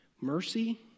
Mercy